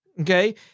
Okay